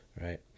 right